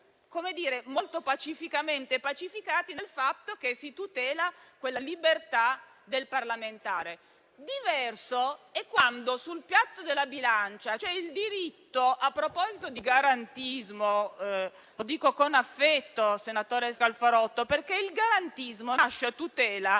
molto pacificati rispetto al fatto che si tutela la libertà del parlamentare. Diverso è quando sul piatto della bilancia c'è la tutela di un diritto. A proposito di garantismo, dico con affetto al senatore Scalfarotto che il garantismo nasce a tutela